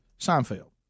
Seinfeld